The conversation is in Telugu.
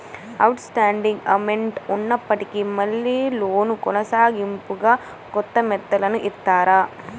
అవుట్ స్టాండింగ్ అమౌంట్ ఉన్నప్పటికీ మళ్ళీ లోను కొనసాగింపుగా కొంత మొత్తాన్ని ఇత్తన్నారు